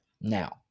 Now